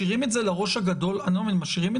בסדר,